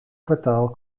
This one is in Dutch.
kwartaal